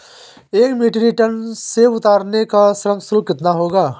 एक metric ton सेव उतारने का श्रम शुल्क कितना होगा?